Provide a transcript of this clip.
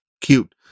cute